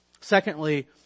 Secondly